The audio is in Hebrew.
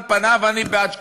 על פניו אני בעד שקיפות,